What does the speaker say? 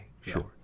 sure